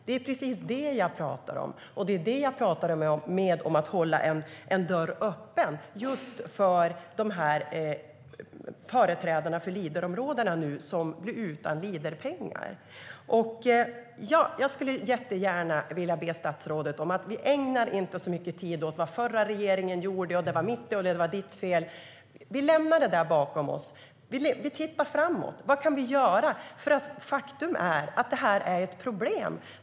Det är det jag pratar om, och det var det jag menade med att hålla en dörr öppen för företrädarna för Leaderområdena som nu blir utan Leaderpengar. Jag skulle jättegärna vilja be statsrådet att inte ägna så mycket tid åt vad förra regeringen gjorde och vad som var mitt fel och ditt fel. Vi lämnar det bakom oss och tittar framåt. Vad kan vi göra? Faktum är att det här är ett problem.